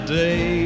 day